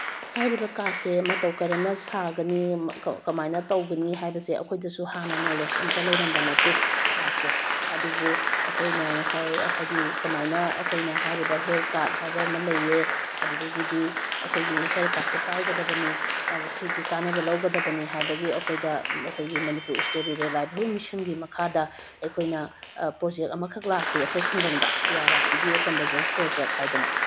ꯍꯥꯏꯔꯤꯕ ꯀꯥꯔꯗꯁꯦ ꯃꯇꯧ ꯀꯔꯝꯅ ꯁꯥꯒꯅꯤ ꯀꯃꯥꯏꯅ ꯇꯧꯒꯅꯤ ꯍꯥꯏꯕꯁꯤ ꯑꯩꯈꯣꯏꯗꯁꯨ ꯍꯥꯟꯅ ꯅꯣꯂꯦꯖ ꯑꯃꯇꯥ ꯂꯩꯔꯝꯕ ꯅꯠꯇꯦ ꯀꯥꯔꯗꯁꯦ ꯑꯗꯨꯕꯨ ꯑꯩꯈꯣꯏꯅ ꯉꯁꯥꯏ ꯍꯥꯏꯗꯤ ꯀꯥꯃꯏꯅ ꯑꯩꯈꯣꯏꯅ ꯍꯥꯏꯔꯤꯕ ꯍꯦꯜꯠ ꯀꯥꯔꯗ ꯍꯥꯏꯕ ꯑꯃ ꯂꯩꯌꯦ ꯑꯗꯨꯗꯒꯤꯗꯤ ꯑꯩꯈꯣꯏꯒꯤ ꯍꯦꯜꯠ ꯀꯥꯔꯗꯁꯦ ꯄꯥꯏꯒꯗꯕꯅꯤ ꯑꯗ ꯁꯤꯒꯤ ꯀꯥꯟꯅꯕ ꯂꯧꯒꯗꯕꯅꯤ ꯍꯥꯏꯕꯒꯤ ꯑꯩꯈꯣꯏꯗ ꯑꯩꯈꯣꯏꯒꯤ Manipur state rural life room ꯁꯤꯡꯒꯤ ꯃꯈꯥꯗ ꯑꯩꯈꯣꯏꯅ ꯄ꯭ꯔꯣꯖꯦꯛ ꯑꯃꯈꯛ ꯂꯥꯛꯈꯤ ꯑꯩꯈꯣꯏ ꯈꯨꯡꯒꯪꯗ P R I C B O conversion project ꯍꯥꯏꯗꯅ